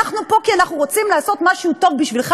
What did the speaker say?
אנחנו פה כי אנחנו רוצים לעשות משהו טוב בשבילך,